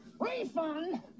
Refund